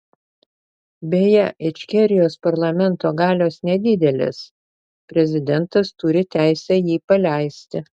beje ičkerijos parlamento galios nedidelės prezidentas turi teisę jį paleisti